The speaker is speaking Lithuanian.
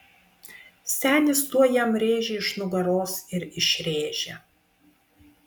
senis tuoj jam rėžį iš nugaros ir išrėžė